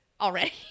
already